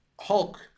Hulk